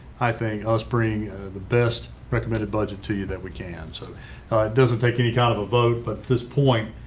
i think us bring the best recommended budget to you that we can so it doesn't take any kind of a vote but this point,